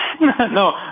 No